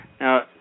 Now